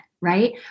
right